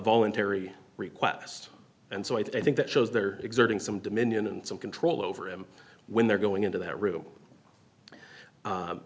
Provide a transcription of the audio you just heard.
voluntary request and so i think that shows there exerting some dominion and some control over him when they're going into that room